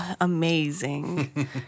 Amazing